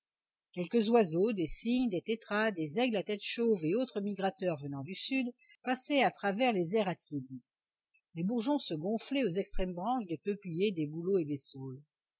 quelques oiseaux des cygnes des tétras des aigles à tête chauve et autres migrateurs venant du sud passaient à travers les airs attiédis les bourgeons se gonflaient aux extrêmes branches des peupliers des bouleaux et des saules